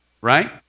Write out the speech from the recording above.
right